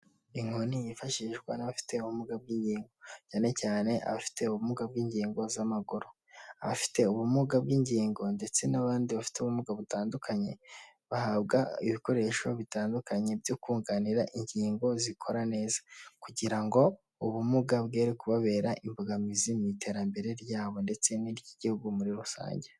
Inkoni yifashishwa n'abafite ubumuga bw'ingingo, cyane cyane abafite ubumuga bw'ingingo z'amaguru. Abafite ubumuga bw'ingingo ndetse n'abandi bafite ubumuga butandukanye, bahabwa ibikoresho bitandukanye byo kunganira ingingo zikora neza kugira ngo ubumuga bwere kubabera imbogamizi mu iterambere ryabo ndetse n'iry'igihugu muri rusange.